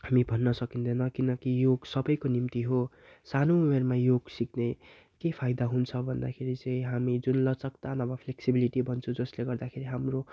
हामी भन्न सकिँदैन किनकि योग सबैको निम्ति हो सानो उमेरमा योग सिक्ने के फाइदा हुन्छ भन्दाखेरि चाहिँ हामी जुन लचकता नभए फ्लेक्सिबिलिटी भन्छौँ जसले गर्दाखेरि हाम्रो